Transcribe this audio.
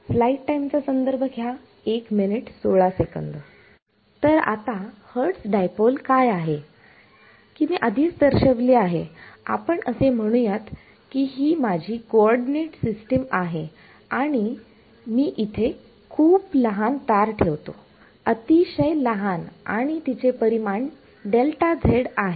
तर आता Hertz dipole काय आहे की मी आधीच दर्शविले आहे आपण असे म्हणूयात की ही माझी कोऑर्डिनेट सिस्टीम आहे आणि मी इथे एक खूप लहान तार ठेवतो अतिशय लहान आणि तिचे परिमाण Δz आहे